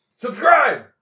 Subscribe